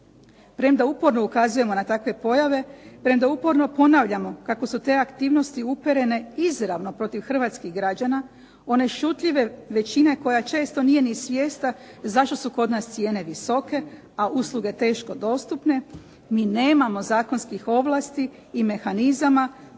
Premda uporno ukazujemo na takve pojave, premda uporno ponavljamo kako su te aktivnosti uperene izravno protiv hrvatskih građana, one šutljive većine koja često nije ni svjesna zašto su kod nas cijene visoke, a usluge teško dostupne. Mi nemamo zakonskih ovlasti i mehanizama